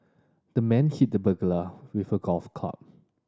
the man hit the burglar with a golf club